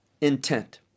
intent